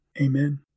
Amen